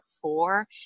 four